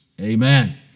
amen